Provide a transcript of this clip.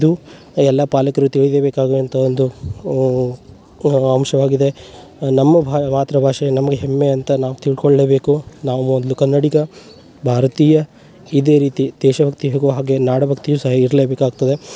ಇದು ಎಲ್ಲ ಪಾಲಕರು ತಿಳಿಯಲೇಬೇಕಾಗುವಂಥ ಒಂದು ಅಂಶವಾಗಿದೆ ನಮ್ಮ ಭಾ ಮಾತೃಭಾಷೆ ನಮಗೆ ಹೆಮ್ಮೆ ಅಂತ ನಾವು ತಿಳ್ಕೊಳ್ಲೇ ಬೇಕು ನಾವು ಮೊದ್ಲು ಕನ್ನಡಿಗ ಭಾರತೀಯ ಇದೇ ರೀತಿ ದೇಶಭಕ್ತಿ ಹೇಗೋ ಹಾಗೆ ನಾಡಭಕ್ತಿಯು ಸಹ ಇರಲೇಬೇಕಾಗ್ತದೆ